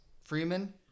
Freeman